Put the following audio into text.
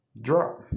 drop